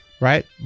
right